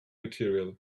material